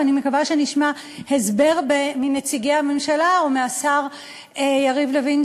ואני מקווה שנשמע הסבר מנציגי הממשלה או מהשר יריב לוין,